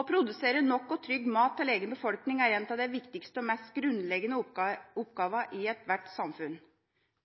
Å produsere nok og trygg mat til egen befolkning er en av de viktigste og mest grunnleggende oppgavene i ethvert samfunn.